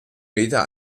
meter